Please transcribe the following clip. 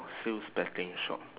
sales betting shop